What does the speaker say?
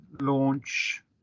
launch